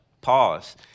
pause